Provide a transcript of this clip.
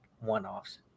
one-offs